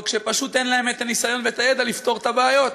רק שפשוט אין להם את הניסיון ואת הידע לפתור את הבעיות.